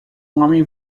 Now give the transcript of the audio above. homem